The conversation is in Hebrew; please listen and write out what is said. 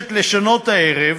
נדרשת לעשות הערב